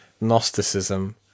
Gnosticism